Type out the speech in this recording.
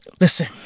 Listen